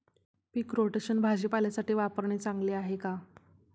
पीक rotation भाजीपाल्यासाठी वापरणे चांगले आहे का?